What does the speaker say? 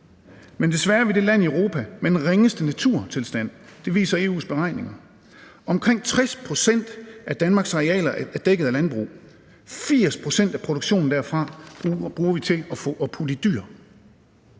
Men desværre er vi det land i Europa med den ringeste naturtilstand, det viser EU's beregninger. Omkring 60 pct. af Danmarks arealer er dækket af landbrug. 80 pct. af produktionen derfra bruger vi til at putte i dyr.